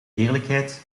eerlijkheid